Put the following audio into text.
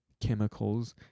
chemicals